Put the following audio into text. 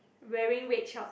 wearing red short